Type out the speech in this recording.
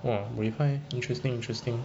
!wah! bui pai interesting interesting